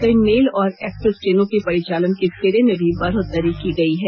कई मेल और एक्सप्रेस ट्रेनों के परिचालन के फेरे में भी बढ़ोत्तरी की गयी है